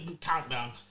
countdown